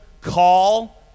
call